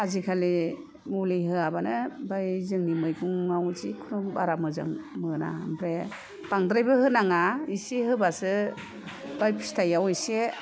आजिखालि मुलि होयाबानो ओमफाय जोंनि मैगंआव मोनसे खम बारा मोजां मोना बांद्रायबो होनाङा एसे होबासो दा फिथाइआव एसे